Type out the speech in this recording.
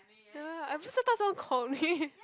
ya at first I thought someone called me